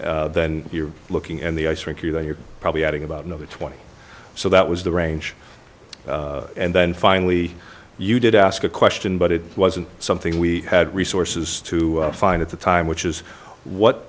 field then you're looking and the ice rink you know you're probably adding about another twenty so that was the range and then finally you did ask a question but it wasn't something we had resources to find at the time which is what